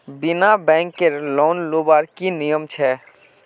बिना बैंकेर लोन लुबार की नियम छे?